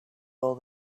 all